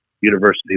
University